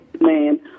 man